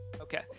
Okay